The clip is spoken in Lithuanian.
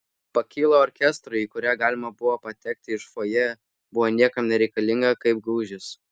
pakyla orkestrui į kurią galima buvo patekti iš fojė buvo niekam nereikalinga kaip gūžys